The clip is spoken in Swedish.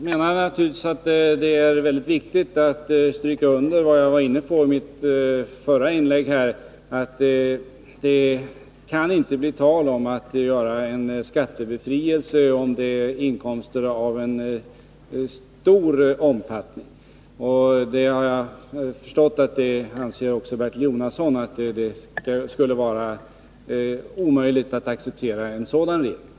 Herr talman! Det är mycket viktigt att stryka under vad jag var inne på i mitt förra inlägg, att det inte kan bli tal om skattebefrielse för stora inkomster. Och jag har förstått att också Bertil Jonasson anser att det skulle vara omöjligt att acceptera en sådan regel.